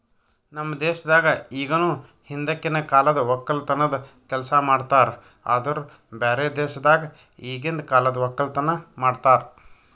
ನಮ್ ದೇಶದಾಗ್ ಇಗನು ಹಿಂದಕಿನ ಕಾಲದ್ ಒಕ್ಕಲತನದ್ ಕೆಲಸ ಮಾಡ್ತಾರ್ ಆದುರ್ ಬ್ಯಾರೆ ದೇಶದಾಗ್ ಈಗಿಂದ್ ಕಾಲದ್ ಒಕ್ಕಲತನ ಮಾಡ್ತಾರ್